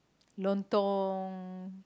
Lontong